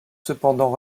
cependant